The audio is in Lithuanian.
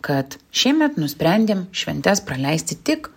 kad šiemet nusprendėm šventes praleisti tik